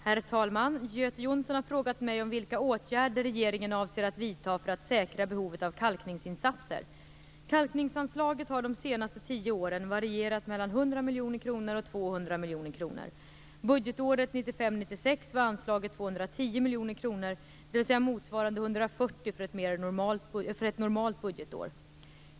Herr talman! Göte Jonsson har frågat mig vilka åtgärder regeringen avser att vidta för att säkra behovet av kalkningsinsatser. Kalkningsanslaget har de senaste tio åren varierat mellan 100 miljoner kronor och 200 miljoner kronor. Budgetåret 1995/96 var anslaget 210 miljoner kronor, dvs. motsvarande 140 miljoner kronor för ett normalt budgetår.